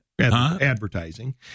Advertising